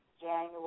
January